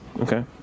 Okay